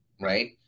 right